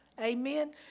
Amen